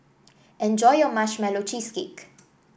enjoy your Marshmallow Cheesecake